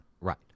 Right